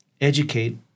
educate